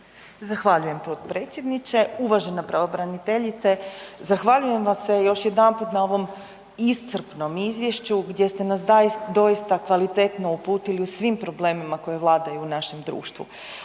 Zahvaljujem potpredsjedniče. Uvažena pravobraniteljice. Zahvaljujem vam se još jedanput na ovom iscrpnom izvješću gdje ste nas doista kvalitetno uputili u svim problemima koji vladaju našim društvom.